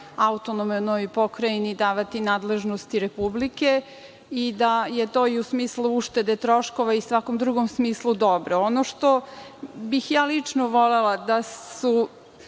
na to da ne treba AP davati nadležnosti Republike i da je to u smislu uštede troškova i svakom drugom smislu dobro. Ono što bih ja lično volela je da